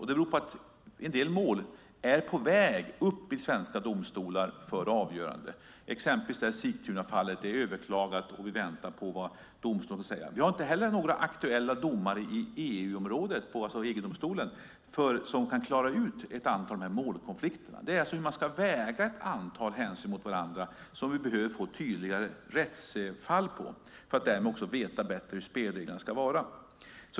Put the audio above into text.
Det beror på att en del mål är på väg upp i svenska domstolar för avgörande. Exempelvis är Sigtunafallet överklagat och vi väntar på vad domstolen ska säga. Det finns inte heller några aktuella domar i EU-området från EU-domstolen som kan klara ut ett antal av målkonflikterna. Det är i fråga om hur ett antal hänsyn ska vägas mot varandra som vi behöver få tydliga rättsfall så att vi ska veta bättre hur spelreglerna ska se ut.